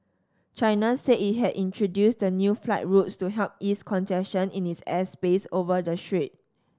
China said it had introduced the new flight routes to help ease congestion in its airspace over the strait